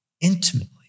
intimately